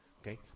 Okay